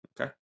okay